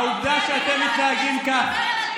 העובדה שאתם מתנהגים כך,